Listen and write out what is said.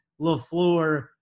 Lafleur